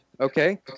okay